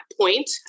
point